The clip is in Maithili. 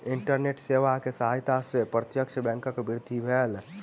इंटरनेट सेवा के सहायता से प्रत्यक्ष बैंकक वृद्धि भेल